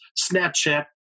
Snapchat